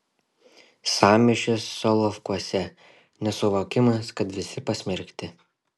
sąmyšis solovkuose nesuvokimas kad visi pasmerkti